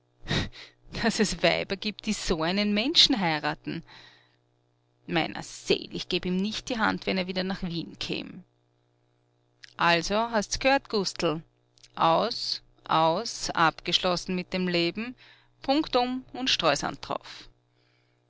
daß es weiber gibt die so einen menschen heiraten meiner seel ich gäb ihm nicht die hand wenn er wieder nach wien käm also hast's gehört gustl aus aus abgeschlossen mit dem leben punktum und streusand d'rauf